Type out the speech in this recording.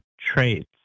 traits